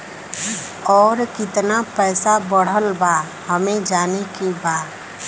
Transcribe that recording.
और कितना पैसा बढ़ल बा हमे जाने के बा?